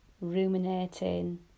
ruminating